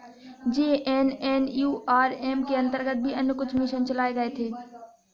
JNNURM के अंतर्गत भी अन्य कुछ मिशन चलाए गए थे